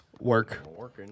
Work